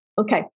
Okay